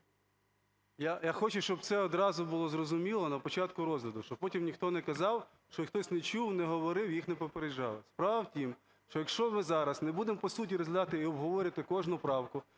Я хочу, щоб це одразу було зрозуміло на початку розгляду, щоб потім ніхто не казав, що хтось не чув, не говорив і їх не попереджав. Справа в тому, якщо ми зараз не будемо, по суті, розглядати і обговорювати кожну правку